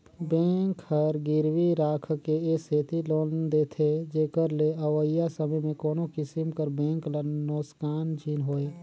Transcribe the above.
bank हर गिरवी राखके ए सेती लोन देथे जेकर ले अवइया समे में कोनो किसिम कर बेंक ल नोसकान झिन होए